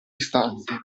istante